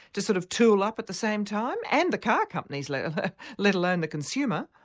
to sort of tool up at the same time? and the car companies, let let alone the consumer?